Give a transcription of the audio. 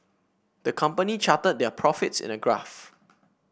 the company charted their profits in a graph